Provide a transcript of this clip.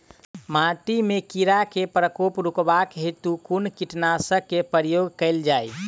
माटि मे कीड़ा केँ प्रकोप रुकबाक हेतु कुन कीटनासक केँ प्रयोग कैल जाय?